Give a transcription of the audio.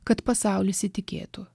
kad pasaulis įtikėtų